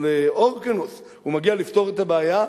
אריסטובולוס להורקנוס, הוא מגיע לפתור את הבעיה.